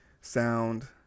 sound